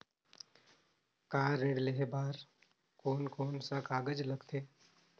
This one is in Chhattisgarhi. कार ऋण लेहे बार कोन कोन सा कागज़ लगथे?